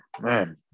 man